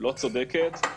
לא צודקת,